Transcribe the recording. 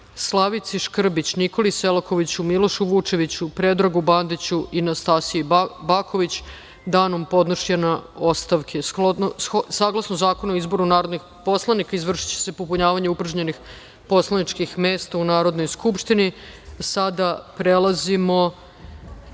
Slavici Škrbić, Nikoli Selakoviću, Milošu Vučeviću, Predragu Bandiću i Nastasji Baković, danom podnošenja ostavke. Saglasno Zakonu o izboru narodnih poslanika, izvršiće se popunjavanje upražnjenih poslaničkih mesta u Narodnoj skupštini. Sada prelazimo